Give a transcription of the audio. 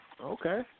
Okay